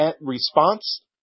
response